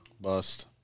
Bust